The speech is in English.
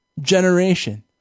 generation